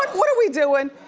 what are we doin'?